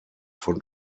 von